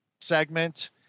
segment